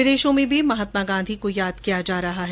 विदेशों में भी महात्मा गांधी को याद किया जा रहा है